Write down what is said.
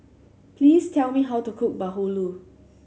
please tell me how to cook bahulu